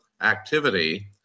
activity